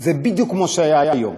זה בדיוק כמו שהיה היום.